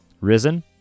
risen